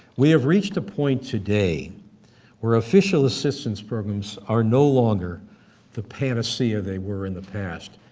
we have reached a point today where official assistance programs are no longer the panacea they were in the past,